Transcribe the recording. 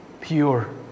pure